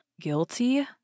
Guilty